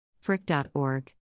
Frick.org